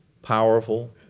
powerful